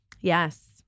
yes